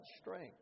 strength